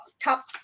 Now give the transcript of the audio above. top